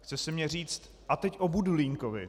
Chce se mně říct: A teď o Budulínkovi.